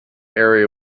area